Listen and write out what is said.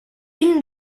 une